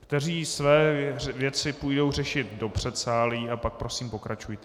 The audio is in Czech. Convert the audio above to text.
kteří své věci půjdou řešit do předsálí, a pak prosím pokračujte.